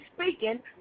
speaking